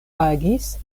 agis